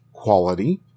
quality